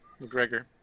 McGregor